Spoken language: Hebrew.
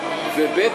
וב.